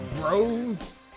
Bros